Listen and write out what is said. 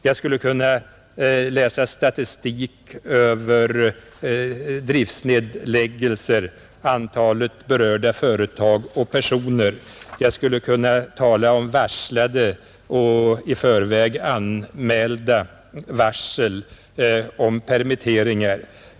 Jag skulle kunna läsa statistik över driftnedläggelser, antalet berörda företag och personer. Jag skulle kunna tala om varslade och i förväg anmälda varsel om permitteringar.